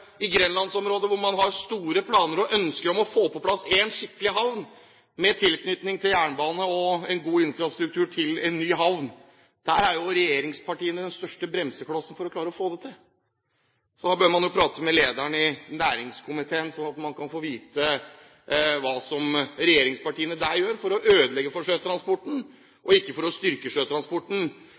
store planer og ønsker om å få på plass én skikkelig havn med tilknytning til jernbane og en god infrastruktur til en ny havn. Men der er jo regjeringspartiene den største bremseklossen for å klare å få det til. Man bør prate med lederen i næringskomiteen, slik at man kan få vite hva regjeringspartiene der gjør for å ødelegge for sjøtransporten og ikke for å styrke sjøtransporten.